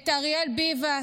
את אריאל ביבס,